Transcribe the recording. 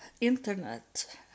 Internet